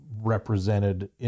represented